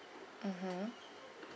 mmhmm